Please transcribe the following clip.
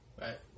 right